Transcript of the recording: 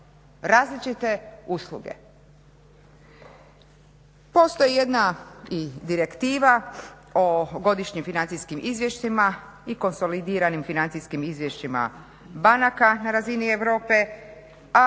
različite usluge. Postoji jedna i direktiva o godišnjim financijskim izvješćima i konsolidiranim financijskim izvješćima banaka na razini Europe,